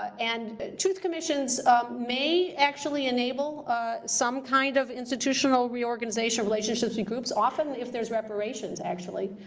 and truth commissions may actually enable some kind of institutional reorganization relationships and groups, often if there's reparations actually,